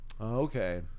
okay